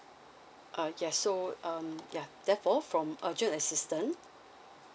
uh yeah so um yeah therefore from urgent assistance